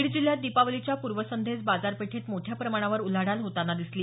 बीड जिल्ह्यात दिपावलीच्या पूर्वसंध्येस बाजारपेठेत मोठ्या प्रमाणावर उलाढाल होताना दिसली